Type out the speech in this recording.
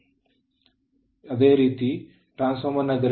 ಆದ್ದರಿಂದ ಅದೇ ರೀತಿ ಆದ್ದರಿಂದ ಟ್ರಾನ್ಸ್ ಫಾರ್ಮರ್ ನ ಗರಿಷ್ಠ ದಕ್ಷತೆಯನ್ನು 0